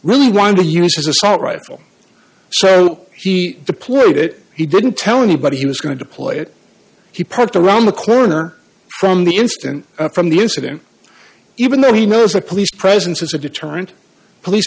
really wanted to use his assault rifle so he deployed it he didn't tell anybody he was going to deploy it he parked around the corner from the instant from the incident even though he knows the police presence is a deterrent police